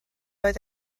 oedd